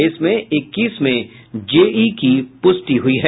इसमें इक्कीस में जेई की पुष्टि हुयी है